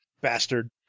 Bastard